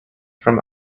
from